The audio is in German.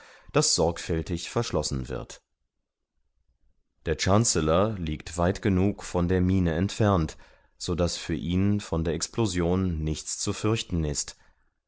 das sorgfältig verschlossen wird der chancellor liegt weit genug von der mine entfernt so daß für ihn von der explosion nichts zu fürchten ist